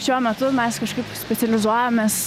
šiuo metu mes kažkaip specializuojamės